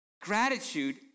Gratitude